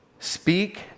Speak